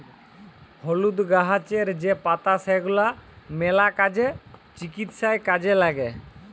হলুদ গাহাচের যে পাতা সেগলা ম্যালা কাজে, চিকিৎসায় কাজে ল্যাগে